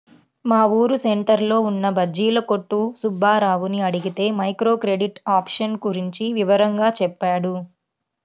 మా ఊరు సెంటర్లో ఉన్న బజ్జీల కొట్టు సుబ్బారావుని అడిగితే మైక్రో క్రెడిట్ ఆప్షన్ గురించి వివరంగా చెప్పాడు